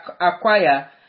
acquire